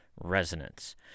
resonance